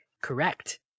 Correct